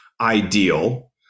ideal